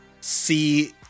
See